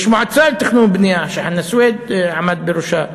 יש מועצה לתכנון ובנייה, שחנא סוייד עמד בראשה.